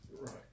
right